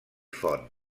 font